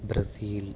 Brazil